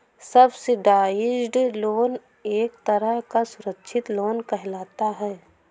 subsidised loan एक तरह का सुरक्षित लोन कहलाता है